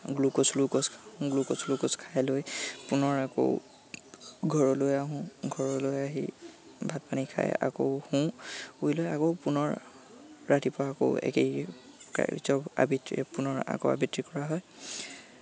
glucose glucose glucose glucose খাই লৈ পুনৰ আকৌ ঘৰলৈ আহোঁ ঘৰলৈ আহি ভাত পানী খাই আকৌ শু শুই লৈ আকৌ পুনৰ ৰাতিপুৱা আকৌ একেই কাৰ্য আবিতি পুনৰ আকৌ আবৃত্তি কৰা হয়